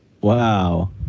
Wow